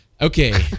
Okay